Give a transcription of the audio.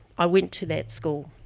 i went to that school.